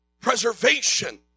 preservation